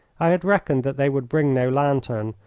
i had reckoned that they would bring no lantern,